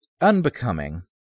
unbecoming